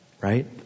Right